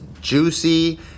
juicy